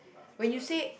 when you say